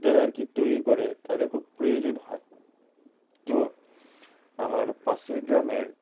যারা আর কি তৈরি করে তাদের খুব প্রয়োজন হয় তো আমার পাশে গ্রামের